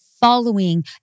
following